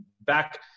back